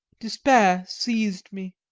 despair seized me.